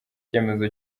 icyemezo